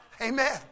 Amen